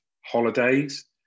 holidays